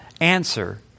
answer